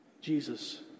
Jesus